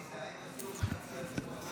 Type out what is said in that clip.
אל תתעסק עם חברה קדישא,